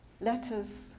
Letters